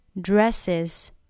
dresses